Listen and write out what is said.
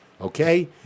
okay